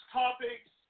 topics